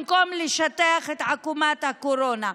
במקום לשטח את עקומת הקורונה.